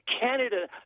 Canada